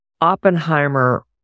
Oppenheimer